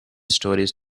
stories